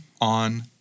on